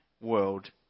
World